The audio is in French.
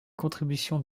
contributions